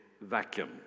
vacuum